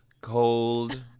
cold